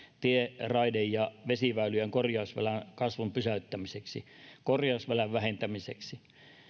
tie raide ja vesiväylien korjausvelan kasvun pysäyttämiseksi ja korjausvelan vähentämiseksi